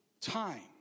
time